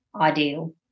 ideal